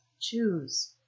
choose